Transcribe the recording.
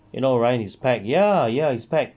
you know ryan it's packed ya it's packed